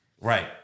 Right